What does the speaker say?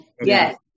Yes